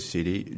City